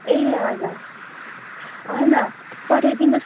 ए हजुर होइन पठाइ दिनुहोस् न